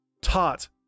taught